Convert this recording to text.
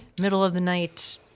middle-of-the-night